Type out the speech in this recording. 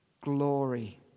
glory